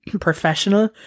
professional